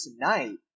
tonight